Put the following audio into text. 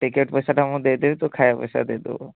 ticket ପଇସାଟା ମୁଁ ଦେଇଦେବି ତୁ ଖାଇବା ପଇସା ଦେଇଦେବୁ